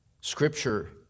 Scripture